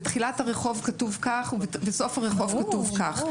בתחילת הרחוב כתוב כך ובסוף הרחוב כתוב כך.